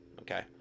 okay